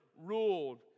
ruled